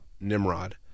nimrod